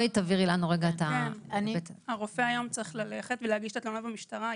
תבהירי לנו רגע את --- הרופא היום צריך ללכת ולהגיש את התלונה במשטרה.